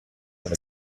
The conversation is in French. dans